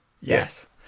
Yes